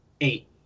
eight